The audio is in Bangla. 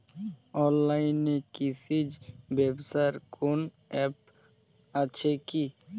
অনলাইনে কৃষিজ ব্যবসার কোন আ্যপ আছে কি?